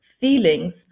feelings